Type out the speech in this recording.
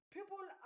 People